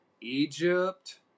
Egypt